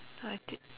I think